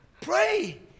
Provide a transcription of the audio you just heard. Pray